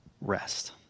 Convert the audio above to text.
rest